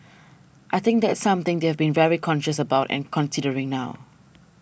I think that's something they've very conscious about and considering now